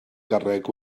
garreg